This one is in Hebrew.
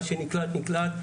מה שנקלט נקלט.